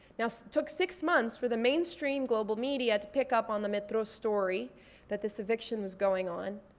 yeah so took six months for the mainstream global media to pick up on the metro story that this eviction was going on,